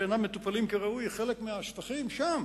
שאינן מטופלות כראוי: חלק מהשפכים שם